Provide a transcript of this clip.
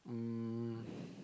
um